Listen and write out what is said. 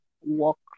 walk